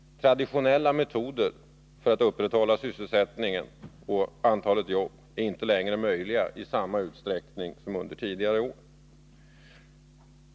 Traditionella metoder för att upprätthålla sysselsättningen och antalet jobb är inte längre möjliga i samma utsträckning som under tidigare år.